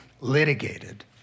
litigated